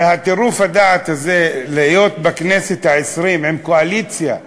טירוף הדעת זה להיות בכנסת העשרים עם קואליציה של,